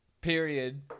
period